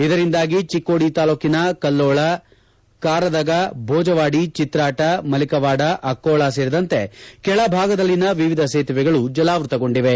ಇದರಿಂದಾಗಿ ಚಿಕ್ಕೋಡಿ ತಾಲೂಕಿನ ಕಲ್ಲೋಳ ಕಾರದಗಾ ಭೋಜವಾಡಿ ಜತ್ರಾಟ ಮಲಿಕವಾಡ ಆಕ್ಕೋಳ ಸೇರಿದಂತೆ ಕೆಳ ಭಾಗದಲ್ಲಿನ ವಿವಿಧ ಸೇತುವೆಗಳು ಜಲಾವೃತಗೊಂಡಿವೆ